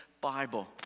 Bible